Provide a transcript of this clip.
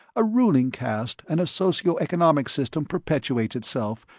a ruling caste and a socio-economic system perpetuates itself,